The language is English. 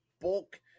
bulk